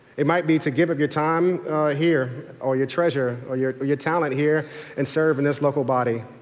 it might be to give of your time here or your treasure or your or your talent here and serve in this local body.